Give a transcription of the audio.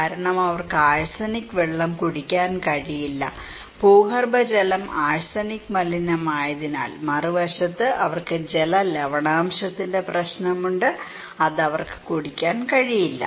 കാരണം അവർക്ക് ആഴ്സനിക് വെള്ളം കുടിക്കാൻ കഴിയില്ല ഭൂഗർഭജലം ആഴ്സനിക് മലിനമായതിനാൽ മറുവശത്ത് അവർക്ക് ജല ലവണാംശത്തിന്റെ പ്രശ്നമുണ്ട് അത് അവർക്ക് കുടിക്കാൻ കഴിയില്ല